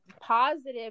positive